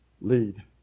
Lead